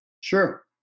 Sure